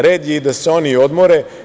Red je da se i oni odmore.